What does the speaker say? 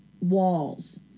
walls